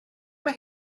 mae